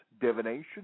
divination